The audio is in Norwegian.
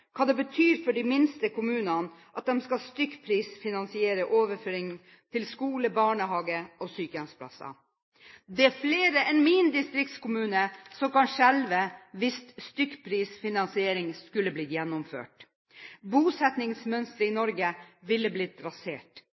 hva det betyr for de minste kommunene at de skal stykkprisfinansiere overføringer til skole, barnehage og sykehjemsplasser. Det er flere enn min distriktskommune som kan skjelve hvis stykkprisfinansiering skulle bli gjennomført. Bosettingsmønsteret i Norge ville blitt rasert.